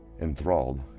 Enthralled